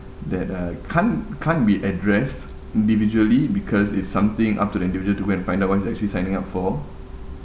that uh can't can't be addressed individually because it's something up to the individual to go and find out what he's actually signing up for